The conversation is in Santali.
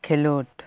ᱠᱷᱮᱞᱳᱰ